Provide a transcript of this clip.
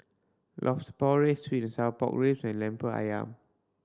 Lobster Porridge sweet and sour pork ribs and Lemper Ayam